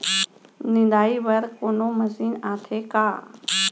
निंदाई बर कोनो मशीन आथे का?